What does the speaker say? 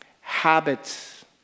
habits